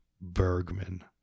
Bergman